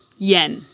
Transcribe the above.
Yen